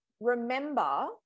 remember